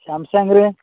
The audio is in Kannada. ಸ್ಯಾಮ್ಸಂಗ್ ರೀ